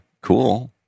cool